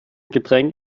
getränk